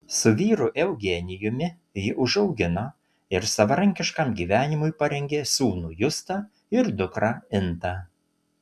su vyru eugenijumi ji užaugino ir savarankiškam gyvenimui parengė sūnų justą ir dukrą intą